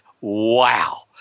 Wow